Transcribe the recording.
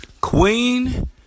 Queen